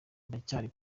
ndacyari